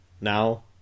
now